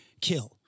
kill